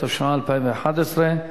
התשע"א 2011,